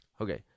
Okay